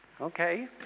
Okay